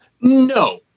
no